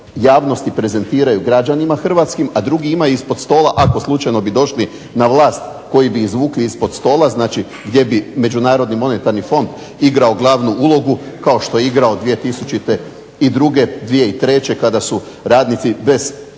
javnosti prezentiraju građanima hrvatskim, a drugi ima ispod stola ako slučajno bi došli na vlast koji bi izvukli ispod stola, znači gdje bi Međunarodni monetarni fond igrao glavnu ulogu kao što je igrao 2002., 2003., kad su radnicima